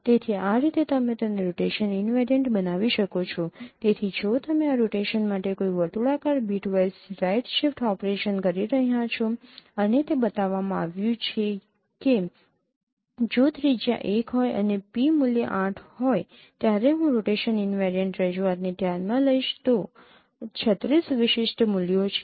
તેથી આ રીતે તમે તેને રોટેશન ઈનવેરિયન્ટ બનાવી શકો છો તેથી જો તમે આ રોટેશન માટે કોઈ વર્તુળાકાર બિટવાઇઝ રાઇટ શિફ્ટ ઓપરેશન કરી રહ્યા છો અને તે બતાવવામાં આવ્યું છે કે જો ત્રિજ્યા ૧ હોય અને P મૂલ્ય 8 હોય ત્યારે હું રોટેશન ઈનવેરિયન્ટ રજૂઆત ને ધ્યાન માં લઈશ તો ૩૬ વિશિષ્ટ મૂલ્યો છે